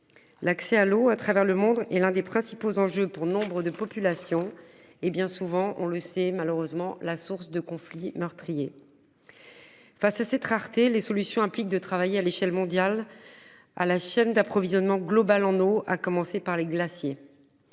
L'accès à l'eau à travers le monde et l'un des principaux enjeux pour nombre de population et bien souvent, on le sait malheureusement la source de conflit meurtrier. Face à cette rareté les solutions implique de travailler à l'échelle mondiale à la chaîne d'approvisionnement global en haut, à commencer par les glaciers.